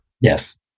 Yes